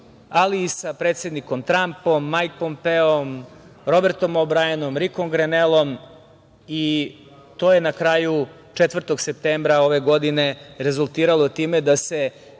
ali i sa predsednikom Trampom, Majkl Pompeom, Robertom Obrajanom, Rikom Grenelom i to je na kraju 4. septembra ove godine rezultiralo time da se